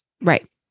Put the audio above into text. Right